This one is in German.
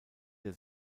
der